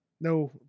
No